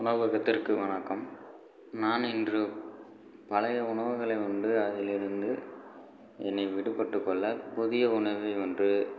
உணவகத்திற்கு வணக்கம் நான் இன்று பழைய உணவுகளை வந்து அதிலிருந்து என்னை விடுபட்டு கொள்ள புதிய உணவை ஒன்று